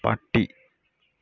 പട്ടി